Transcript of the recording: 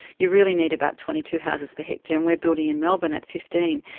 you really need about twenty two houses per hectare, and we are building in melbourne at fifteen.